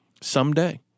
Someday